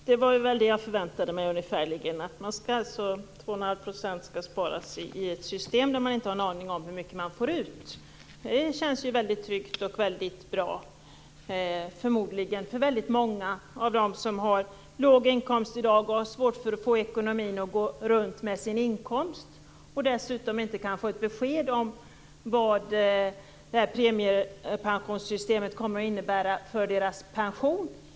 Fru talman! Det är ungefärligen vad jag väntat mig. 2,5 % skall alltså sparas i ett system utan att man har en aning om hur mycket man får ut. Det känns förmodligen väldigt tryggt och väldigt bra för många av dem som i dag har låg inkomst och som har svårt att ekonomiskt få det att gå runt på den inkomst de har. Dessutom kan de inte få ett besked om vad premiepensionssystemet kommer att innebära för deras pension.